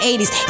80s